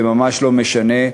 זה ממש לא משנה,